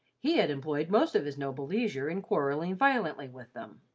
he had employed most of his noble leisure in quarrelling violently with them,